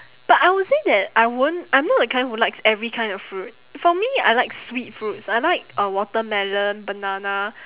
but I would say that I won't I'm not the kind who likes every kind of fruit for me I like sweet fruits I like uh watermelon banana